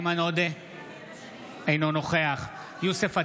אינו נוכח יוסף עטאונה,